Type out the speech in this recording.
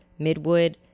Midwood